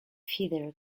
feather